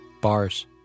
bars